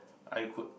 I could